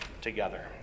together